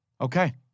Okay